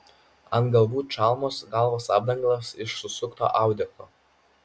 ant galvų čalmos galvos apdangalas iš susukto audeklo